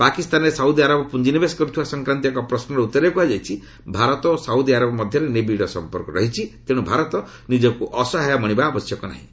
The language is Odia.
ପାକିସ୍ତାନରେ ସାଉଦୀ ଆରବ ପୁଞ୍ଜିନିବେଶ କରିଥିବା ସଂକ୍ରାନ୍ତୀୟ ଏକ ପ୍ରଶ୍ନର ଉତ୍ତରରେ କୁହାଯାଇଛି ଭାରତ ଓ ସାଉଦୀ ଆରବ ମଧ୍ୟରେ ନିବିଡ଼ ସମ୍ପର୍କ ରହିଛି ତେଣୁ ଭାରତ ନିଜକୁ ଅସହାୟ ମଣିବା ଆବଶ୍ୟକ ନାହିଁ